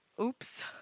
Oops